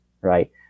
right